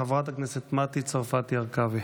חברת הכנסת מטי צרפתי הרכבי.